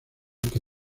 que